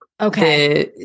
Okay